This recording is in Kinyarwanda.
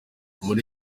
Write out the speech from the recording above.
muri